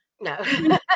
No